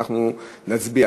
אנחנו נצביע.